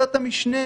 משרד הבריאות סירב.